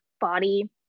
body